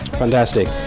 Fantastic